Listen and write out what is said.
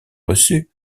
reçu